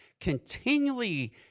continually